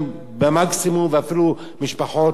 ואפילו משפחות חלשות,